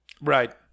Right